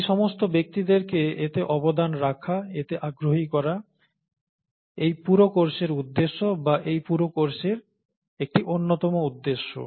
এই সমস্ত ব্যক্তিদেরকে এতে অবদান রাখা এতে আগ্রহী করা এই পুরো কোর্সের উদ্দেশ্য বা এই পুরো কোর্সের একটি অন্যতম উদ্দেশ্য